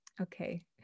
Okay